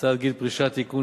הצעת חוק גיל פרישה (תיקון,